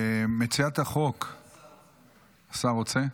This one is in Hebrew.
השר רוצה?